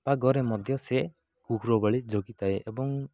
ଆଗରେ ମଧ୍ୟ ସେ କୁକୁର ଭଳି ଯଗିଥାଏ ଏବଂ